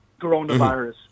coronavirus